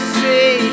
see